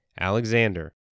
Alexander